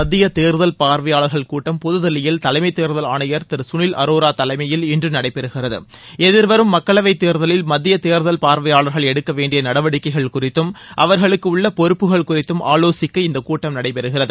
மத்திய தேர்தல் பார்வையாளர்கள் கூட்டம் புதுதில்லியில் தலைமைத் தேர்தல் ஆணையர் திரு கனில் அரோரா தலைமையில் இன்று நடைபெறுகிறது எதிர் வரும் மக்களவைத் தேர்தலில் மத்திய தேர்தல் பார்வையாளர்கள் எடுக்க வேண்டிய நடவடிக்கைகள் குறித்தும் அவர்களுக்குள்ள பொறுப்புகள் குறித்தும் ஆலோசிக்க இந்த கூட்டம் நடைபெறுகிறது